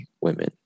women